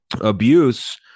abuse